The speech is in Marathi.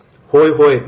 'होय होय